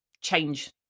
change